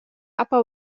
upper